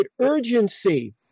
urgency